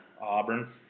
Auburn